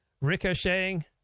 ricocheting